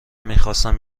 میخواستم